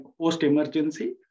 post-emergency